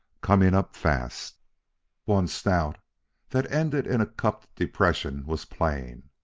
coming up fast one snout that ended in a cupped depression was plain.